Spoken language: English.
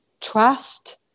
trust